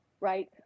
right